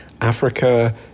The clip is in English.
Africa